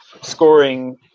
scoring